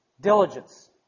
Diligence